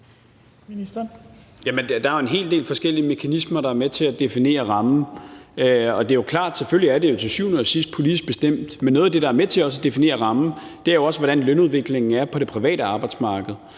Der er jo en hel del forskellige mekanismer, der er med til at definere rammen, og det er jo selvfølgelig klart, at det til syvende og sidst er politisk bestemt. Men noget af det, der er med til at definere rammen, er jo også, hvordan lønudviklingen er på det private arbejdsmarked,